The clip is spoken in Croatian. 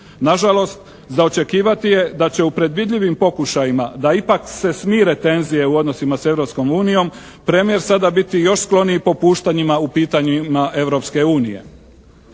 Nažalost, za očekivati je da će u predvidljivim pokušajima da ipak se smire tenzije u odnosima sa Europskom unijom premijer sada biti još skloniji popuštanjima u pitanjima